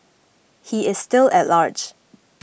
he is still at large